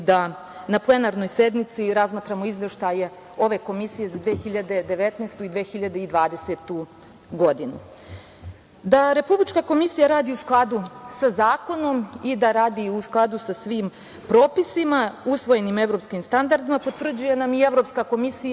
na plenarnoj sednici razmatramo izveštaje ove Komisije za 2019. i 2020. godinu. Da Republička komisija radi u skladu sa zakonom i da radi u skladu sa svim propisima, usvojenim evropskim standardima, potvrđuje nam i Evropska komisija